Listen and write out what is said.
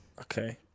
Okay